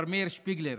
מר מאיר שפיגלר: